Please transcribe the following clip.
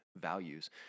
values